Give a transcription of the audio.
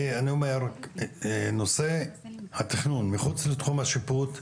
אני אומר, נושא התכנון מחוץ לתחום השיפוט,